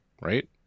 right